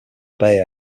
bay